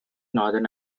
northern